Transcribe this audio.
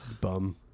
bum